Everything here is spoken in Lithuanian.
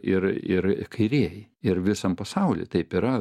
ir ir kairieji ir visam pasauly taip yra